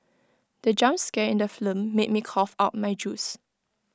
the jump scare in the film made me cough out my juice